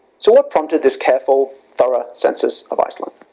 so what prompted this careful thorough census of iceland?